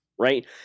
Right